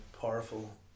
powerful